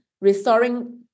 restoring